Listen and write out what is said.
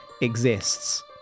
exists